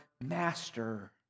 master